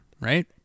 right